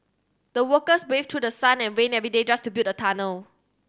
the workers braved through sun and rain every day just to build the tunnel